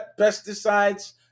pesticides